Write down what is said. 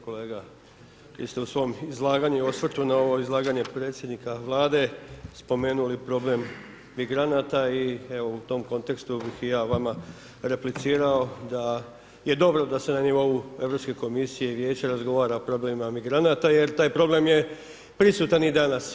Kolega vi ste u svom izlaganju, osvrtu na ovo izlaganje predsjednika Vlade, spomenuli problem migranata i evo, u tom kontekstu, bih i ja vama replicirao, da je dobro, da se na nivou Europske komisije i Vijeća razgovara o problemima migranata, jer taj problem je prisutan i danas.